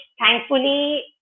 thankfully